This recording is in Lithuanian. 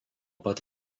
pat